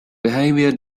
behaviors